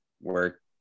work